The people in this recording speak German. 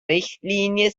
richtlinie